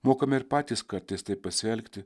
mokame ir patys kartais taip pasielgti